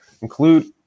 include